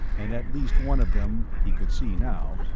and at least one of them, he could see now,